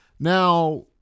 Now